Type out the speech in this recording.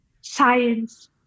science